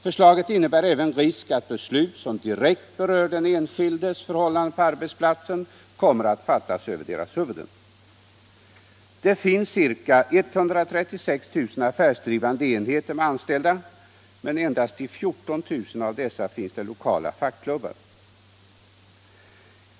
Förslaget innebär även risk att beslut som direkt berör den enskildes förhållanden på arbetsplatsen kommer att fattas över hans huvud. Det finns ca 136 000 affärsdrivande enheter med anställda, men endast i 14 000 av dessa finns det lokala fackklubbar.